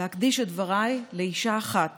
להקדיש את דבריי לאישה אחת